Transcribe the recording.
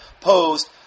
posed